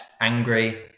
angry